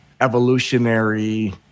evolutionary